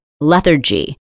lethargy